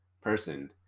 person